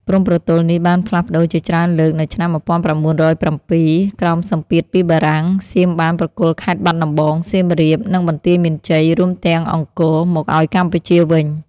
ព្រំប្រទល់នេះបានផ្លាស់ប្តូរជាច្រើនលើក នៅឆ្នាំ ១៩០៧ ក្រោមសម្ពាធពីបារាំង សៀមបានប្រគល់ខេត្តបាត់ដំបង សៀមរាប និងបន្ទាយមានជ័យ រួមទាំងអង្គរ មកឱ្យកម្ពុជាវិញ។